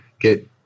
get